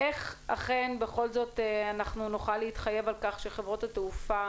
איך אכן בכל זאת אנחנו נוכל להתחייב על כך שחברות התעופה